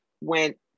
went